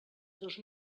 dos